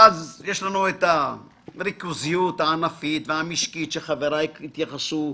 ואז יש לנו את הריכוזיות הענפית והמשקית שחבריי התייחסו,